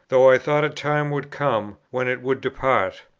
though i thought a time would come, when it would depart.